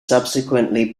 subsequently